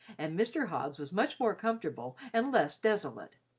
and mr. hobbs was much more comfortable and less desolate.